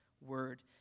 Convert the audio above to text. word